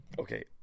Okay